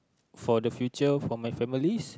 for the future for my families